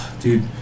Dude